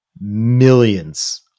millions